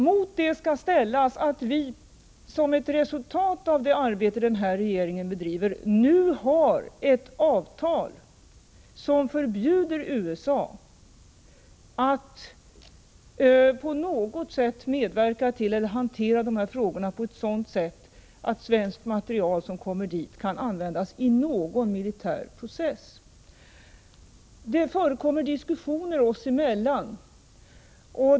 Mot det skall ställas att vi, som ett resultat av det arbete regeringen bedriver, nu har ett avtal som förbjuder USA att hantera dessa frågor på ett sådant sätt att svenskt material kan användas i någon militär process. Det förekommer diskussioner oss emellan.